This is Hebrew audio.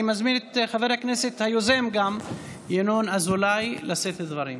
אני מזמין גם את חבר הכנסת היוזם ינון אזולאי לשאת דברים.